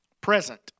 present